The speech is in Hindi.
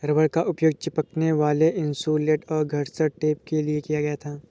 रबर का उपयोग चिपकने वाला इन्सुलेट और घर्षण टेप के लिए किया जाता है